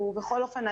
בכל אופן,